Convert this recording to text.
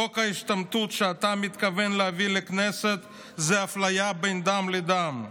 חוק ההשתמטות שאתה מתכוון להביא לכנסת זה אפליה בין דם לדם,